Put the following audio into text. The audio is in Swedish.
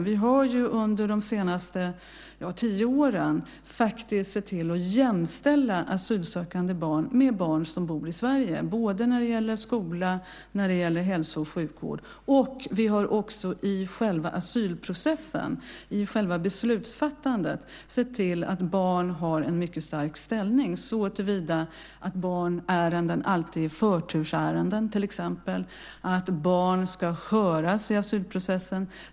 Vi har under de senaste tio åren sett till att jämställa asylsökande barn med barn som bor i Sverige, när det gäller både skola och hälso och sjukvård. Vi har också i själva asylprocessen, i själva beslutsfattandet, sett till att barn har en mycket stark ställning, såtillvida att barnärenden till exempel alltid är förtursärenden och att barn ska höras i asylprocessen.